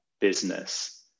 business